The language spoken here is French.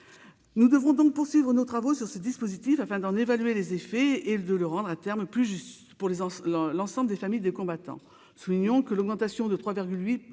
nous devons donc poursuivre nos travaux sur ce dispositif afin d'en évaluer les effets et de le rendre à terme plus juste pour les enfants, l'ensemble des familles de combattants, soulignant que l'augmentation de 3,8